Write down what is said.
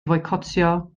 foicotio